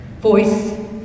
voice